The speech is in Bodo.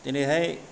दिनैहाय